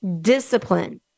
discipline